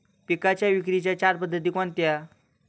पिकांच्या विक्रीच्या चार पद्धती कोणत्या?